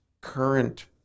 current